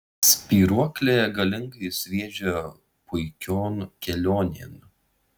spyruoklė galingai sviedžia puikion kelionėn